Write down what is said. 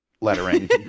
lettering